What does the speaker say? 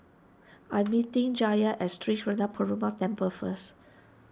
I'm meeting Jalyn at Sri Srinivasa Perumal Temple first